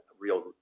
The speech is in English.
real